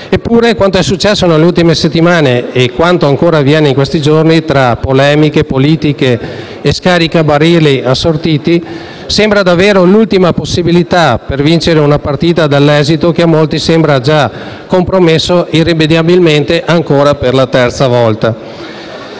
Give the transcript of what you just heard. Eppure, quanto è successo nelle ultime settimane, e quanto ancora avviene in questi giorni tra polemiche politiche e scaricabarile assortiti, sembra davvero l'ultima possibilità per vincere una partita che a molti sembra dall'esito già irrimediabilmente compromesso per la terza volta.